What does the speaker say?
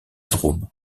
drôme